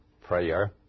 prayer